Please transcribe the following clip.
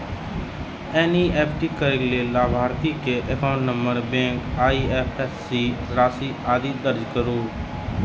NEFT करै लेल लाभार्थी के एकाउंट नंबर, बैंक, आईएपएससी, राशि, आदि दर्ज करू